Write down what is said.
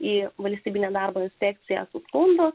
į valstybinę darbo inspekcija sukūrus